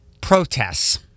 Protests